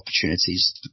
opportunities